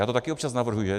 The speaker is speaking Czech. Já to taky občas navrhuji.